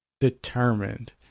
determined